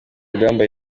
rugamba